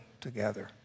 together